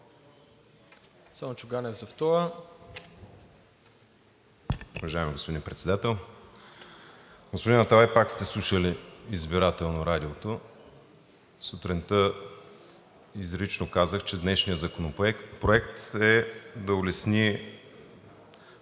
Промяната): Уважаеми господин Председател! Господин Аталай, пак сте слушали избирателно радиото. Сутринта изрично казах, че днешният законопроект е да улесни